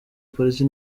polisi